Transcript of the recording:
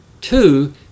two